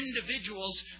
individuals